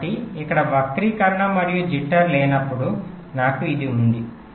కాబట్టి ఇక్కడ వక్రీకరణ మరియు జిట్టర్skew jitter లేనప్పుడు నాకు ఇది ఉంది